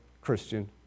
Christian